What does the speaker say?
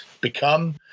become